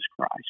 Christ